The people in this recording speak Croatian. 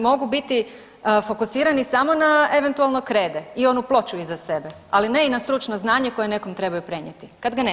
Mogu biti fokusirani samo na eventualno krede i onu ploču iza sebe, ali ne i na stručno znanje koje nekom trebaju prenijeti, kad ga nemaju.